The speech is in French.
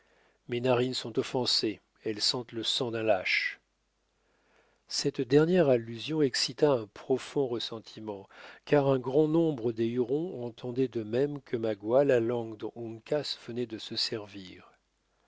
mes narines sont offensées elles sentent le sang d'un lâche cette dernière allusion excita un profond ressentiment car un grand nombre des hurons entendaient de même que magua la langue dont uncas venait de se servir